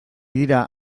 dira